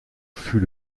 fut